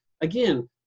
again